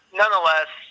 nonetheless